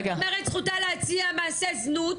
אם את אומרת זכותה להציע מעשה זנות,